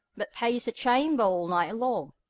but paced the chamber all night long.